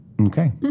Okay